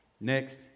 Next